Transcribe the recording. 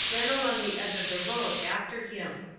ran along the edge of the road after him.